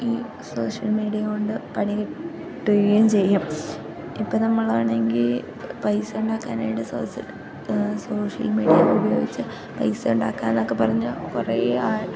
ഈ social media കൊണ്ട് പണി കിട്ടുകയും ചെയ്യും ഇപ്പം നമ്മളാണെങ്കിൽ പൈസ ഉണ്ടാക്കാനായിട്ട് സോഷ്യൽ സോഷ്യൽ മീഡിയ ഉപയോഗിച്ച് പൈസ ഉണ്ടാക്കാനൊക്കെ പറഞ്ഞാൽ കുറേ ആ